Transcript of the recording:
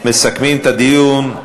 מסכמים את הדיון.